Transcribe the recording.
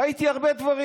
ראיתי הרבה דברים.